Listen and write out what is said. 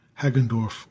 Hagendorf